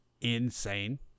insane